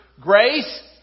Grace